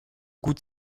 gut